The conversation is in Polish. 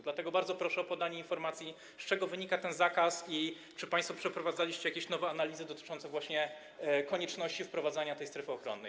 Dlatego bardzo proszę o podanie informacji, z czego wynika ten zakaz i czy państwo przeprowadzaliście jakieś nowe analizy dotyczące konieczności wprowadzenia tej strefy ochronnej.